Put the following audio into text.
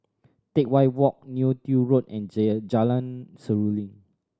Teck Whye Walk Neo Tiew Road and Jalan Seruling